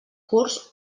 curs